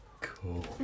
Cool